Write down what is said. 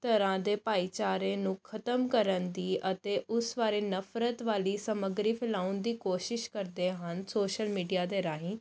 ਤਰ੍ਹਾਂ ਦੇ ਭਾਈਚਾਰੇ ਨੂੰ ਖ਼ਤਮ ਕਰਨ ਦੀ ਅਤੇ ਉਸ ਬਾਰੇ ਨਫ਼ਰਤ ਵਾਲੀ ਸਮੱਗਰੀ ਫੈਲਾਉਣ ਦੀ ਕੋਸ਼ਿਸ਼ ਕਰਦੇ ਹਨ ਸੋਸ਼ਲ ਮੀਡੀਆ ਦੇ ਰਾਹੀਂ